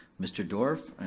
mr. dorff,